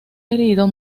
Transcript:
herido